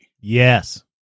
Yes